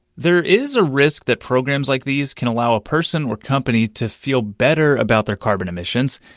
there is a risk that programs like these can allow a person or company to feel better about their carbon emissions,